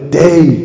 day